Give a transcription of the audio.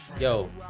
Yo